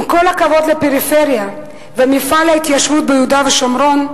עם כל הכבוד לפריפריה ולמפעל ההתיישבות ביהודה ושומרון,